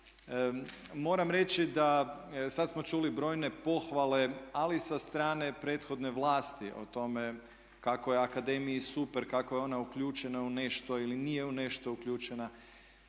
Moram reći da sad smo čuli brojne pohvale ali sa strane prethodne vlasti o tome kako je akademiji super, kako je ona uključena u nešto ili nije u nešto uključena.